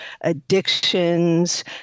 addictions